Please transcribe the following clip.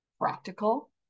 practical